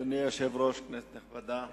אדוני היושב-ראש, כנסת נכבדה,